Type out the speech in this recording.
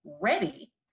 ready